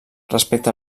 respecte